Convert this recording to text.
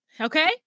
Okay